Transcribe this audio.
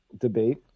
debate